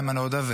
איימן עודה,